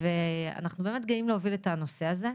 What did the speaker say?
אנחנו באמת גאים להוביל את הנושא הזה.